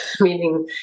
meaning